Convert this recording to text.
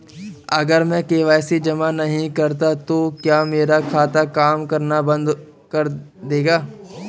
अगर मैं के.वाई.सी जमा नहीं करता तो क्या मेरा खाता काम करना बंद कर देगा?